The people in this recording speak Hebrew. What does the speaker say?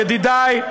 ידידי.